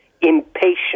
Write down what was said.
impatient